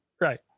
Right